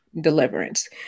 deliverance